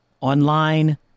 online